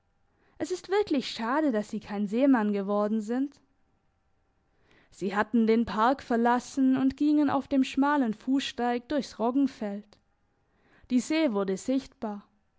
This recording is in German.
es ist wirklich schade dass sie kein seemann geworden sind sie hatten den park verlassen und gingen auf dem schmalen fusssteig durchs roggenfeld die see wurde sichtbar